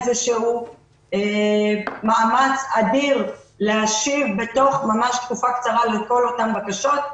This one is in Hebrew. איזה שהוא מאמץ אדיר להשיב בתוך תקופה קצרה לכל אותן בקשות,